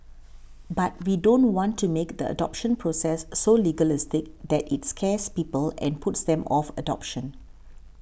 but we don't want to make the adoption process so legalistic that it scares people and puts them off adoption